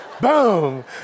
boom